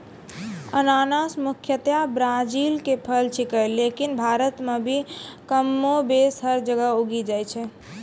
अनानस मुख्यतया ब्राजील के फल छेकै लेकिन भारत मॅ भी कमोबेश हर जगह उगी जाय छै